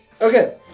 Okay